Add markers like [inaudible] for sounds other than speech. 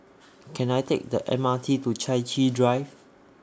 [noise] Can I Take The M R T to Chai Chee Drive